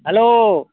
hello